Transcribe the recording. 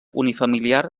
unifamiliar